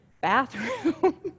bathroom